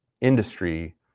industry